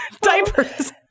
diapers